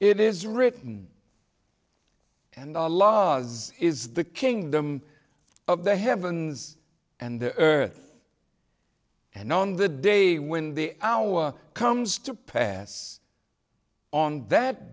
it is written and our laws is the kingdom of the heavens and the earth and on the day when the hour comes to pass on that